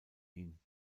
ihn